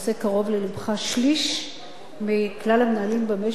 שליש מכלל המנהלים במשק הם נשים.